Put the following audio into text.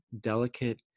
delicate